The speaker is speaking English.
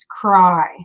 cry